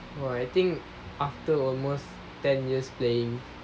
!wah! I think after almost ten years playing